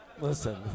Listen